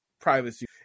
privacy